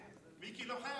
שאני לא אקבל קרדיט.